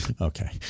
Okay